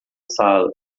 sala